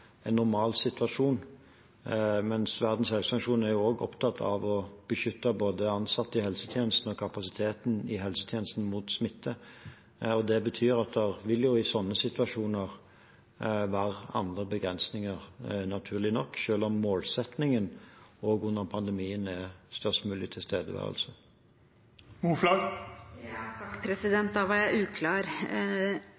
en normalsituasjon, men Verdens helseorganisasjon er også opptatt av å beskytte både ansatte i helsetjenesten og kapasiteten i helsetjenesten mot smitte. Det betyr at det i sånne situasjoner vil være andre begrensninger, naturlig nok, selv om målsettingen også under pandemien er størst mulig